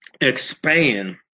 expand